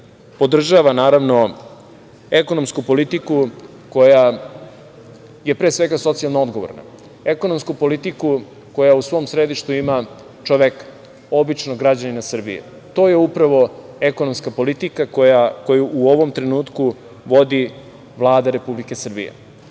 podržava, naravno, ekonomsku politiku koja je pre svega, socijalno odgovorna. Ekonomsku politiku koja u svom središtu ima čoveka, običnog građanina Srbije, to je upravo ekonomska politika koju u ovom trenutku vodi Vlada Republike Srbije. Vlada